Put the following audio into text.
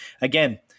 again